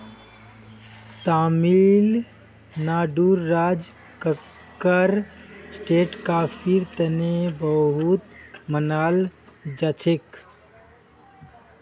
तमिलनाडुर राज कक्कर स्टेट कॉफीर तने बहुत मनाल जाछेक